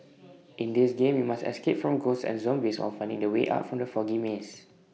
in this game you must escape from ghosts and zombies on finding the way out from the foggy maze